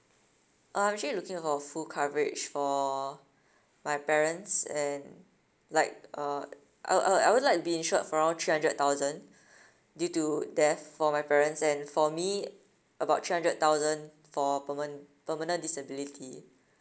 uh I'm actually looking for full coverage for my parents and like uh I'll I'll I would like be insured for around three hundred thousand due to death for my parents and for me about three hundred thousand for perman~ permanent disability